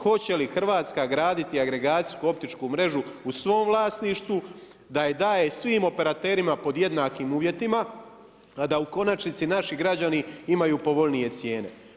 Hoće li Hrvatska graditi agregacijsku optičku mrežu u svom vlasništvu, da je daje svim operaterima pod jednakim uvjetima, da u konačnici naši građani imaju povoljnije cijene.